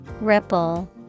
Ripple